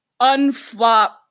unflop